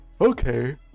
okay